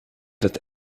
that